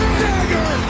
dagger